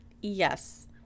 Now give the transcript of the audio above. Yes